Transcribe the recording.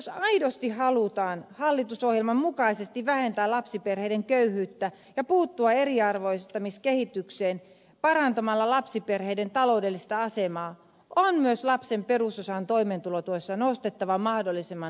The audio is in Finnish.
jos aidosti halutaan hallitusohjelman mukaisesti vähentää lapsiperheiden köyhyyttä ja puuttua eriarvoistumiskehitykseen parantamalla lapsiperheiden taloudellista asemaa on myös lapsen perusosaa toimeentulotuessa nostettava mahdollisimman nopeasti